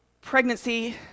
pregnancy